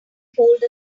hold